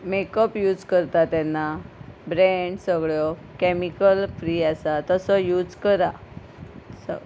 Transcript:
makeup use करता तेन्ना brand सगळ्यो कॅमिकल फ्री आसा तसो यूज करा स